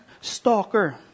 stalker